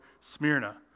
Smyrna